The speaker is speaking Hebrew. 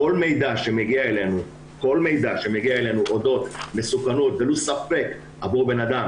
שכל מידע שמגיע אלינו אודות מסוכנות ולו ספק עבור בן-אדם